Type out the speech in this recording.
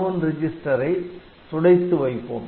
R1 register ஐ துடைத்து வைப்போம்